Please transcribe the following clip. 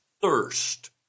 thirst